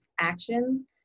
actions